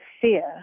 fear